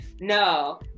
No